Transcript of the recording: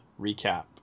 recap